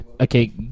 Okay